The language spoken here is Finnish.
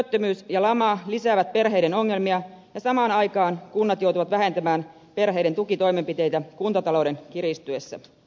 työttömyys ja lama lisäävät perheiden ongelmia ja samaan aikaan kunnat joutuvat vähentämään perheiden tukitoimenpiteitä kuntatalouden kiristyessä